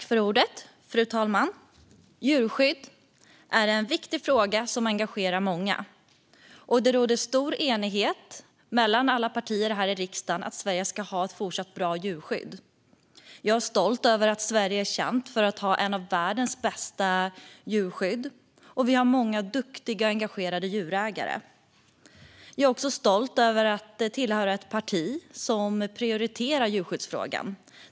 Fru talman! Djurskydd är en viktig fråga som engagerar många, och det råder stor enighet mellan alla partier i riksdagen om att Sverige ska ha ett bra djurskydd även i fortsättningen. Jag är stolt över att Sverige är känt för att ha ett av världens bästa djurskydd, och vi har många duktiga och engagerade djurägare. Jag är också stolt över att tillhöra ett parti som prioriterar djurskyddsfrågan.